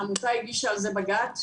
העמותה הגישה על זה בג"צ.